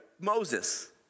Moses